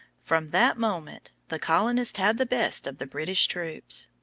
from that moment the colonists had the best of the british troops.